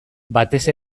batez